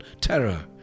terror